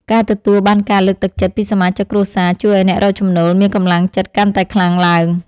ការទទួលបានការលើកទឹកចិត្តពីសមាជិកគ្រួសារជួយឱ្យអ្នករកចំណូលមានកម្លាំងចិត្តកាន់តែខ្លាំងឡើង។